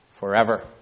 Forever